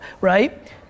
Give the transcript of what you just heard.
right